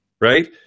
right